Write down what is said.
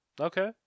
Okay